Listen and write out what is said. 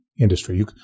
industry